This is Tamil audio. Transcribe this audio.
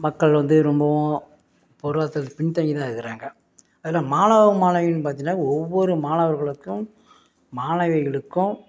மக்கள் வந்து ரொம்பவும் பொருளாதாரத்துக்கு பின் தங்கி தான் இருக்காங்க அதில் மாணவ மாணவிகள் பார்த்திங்கனா ஒவ்வொரு மாணவர்களுக்கும் மாணவிகளுக்கும்